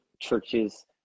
churches